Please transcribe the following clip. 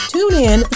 TuneIn